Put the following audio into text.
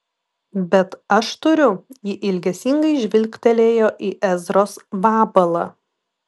bet aš turiu ji ilgesingai žvilgtelėjo į ezros vabalą